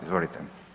Izvolite.